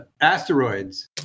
asteroids